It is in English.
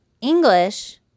English